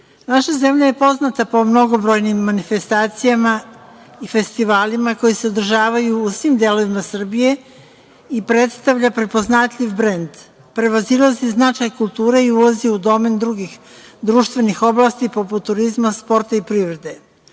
Naša zemlja je poznata po mnogobrojnim manifestacijama i festivalima koji se održavaju u svim delovima Srbije i predstavlja prepoznatljiv brend. Prevazilazi značaj kulture i ulazi u domen drugih društvenih oblasti poput turizma, sporta i privrede.